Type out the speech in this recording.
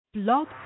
Blog